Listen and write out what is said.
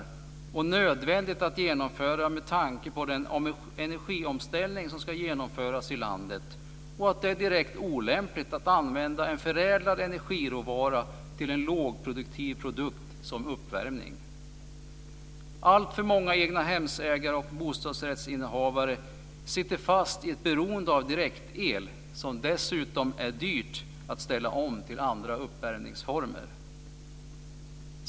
Detta är också nödvändigt att genomföra med tanke på dels den energiomställning som ska genomföras i landet, dels att det är direkt olämpligt att använda en förädlad energiråvara till en lågproduktiv produkt som uppvärmning. Alltför många egnahemsägare och bostadsrättsinnehavare sitter fast i ett beroende av direktel. Dessutom är det dyrt att ställa om till andra uppvärmningsformer.